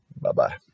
bye-bye